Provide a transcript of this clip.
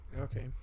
Okay